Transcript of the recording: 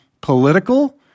political